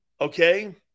okay